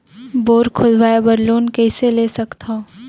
Bore खोदवाय बर loan कइसे ले सकथव?